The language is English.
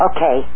Okay